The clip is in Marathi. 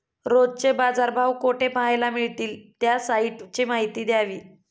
रोजचे बाजारभाव कोठे पहायला मिळतील? त्या साईटची माहिती द्यावी